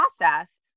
process